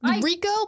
Rico